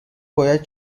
باید